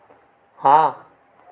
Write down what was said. हाँ